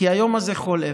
כי היום הזה חולף,